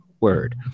word